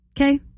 okay